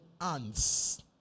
hands